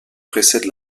précède